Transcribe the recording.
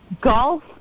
Golf